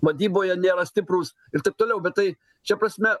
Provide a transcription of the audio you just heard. vadyboje nėra stiprūs ir taip toliau bet tai šia prasme